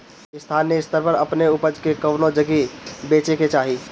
स्थानीय स्तर पर अपने ऊपज के कवने जगही बेचे के चाही?